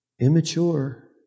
immature